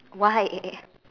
why